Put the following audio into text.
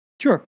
Sure